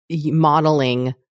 modeling